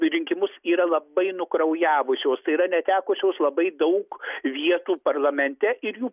rinkimus yra labai nukraujavusios tai yra netekusios labai daug vietų parlamente ir jų